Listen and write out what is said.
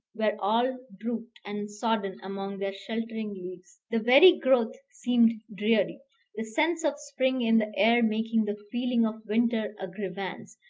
were all drooped and sodden among their sheltering leaves. the very growth seemed dreary the sense of spring in the air making the feeling of winter a grievance,